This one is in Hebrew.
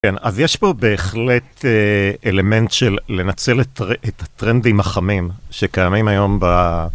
כן, אז יש פה בהחלט אלמנט של לנצל את הטרנדים החמים שקיימים היום ב...